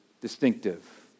distinctive